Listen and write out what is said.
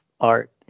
art